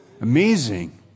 Amazing